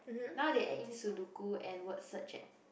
now they add in Sudoku and word search leh